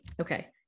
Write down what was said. okay